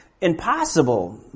impossible